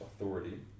authority